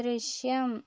ദൃശ്യം